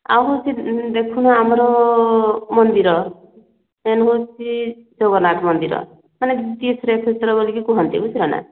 ଆଉ ହେଉଛି ଦେଖୁନ ଆମର ମନ୍ଦିର ମେନ୍ ହେଉଛି ଜଗନ୍ନାଥ ମନ୍ଦିରମାନେ କୁହନ୍ତି ବୁଝିଲନା